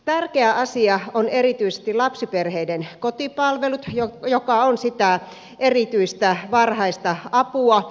tärkeä asia on erityisesti lapsiperheiden kotipalvelut joka on sitä erityistä varhaista apua